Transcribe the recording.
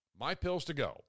MyPillsToGo